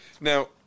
Now